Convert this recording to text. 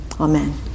amen